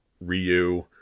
ryu